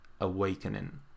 Awakening